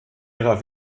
ihrer